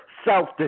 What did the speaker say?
Self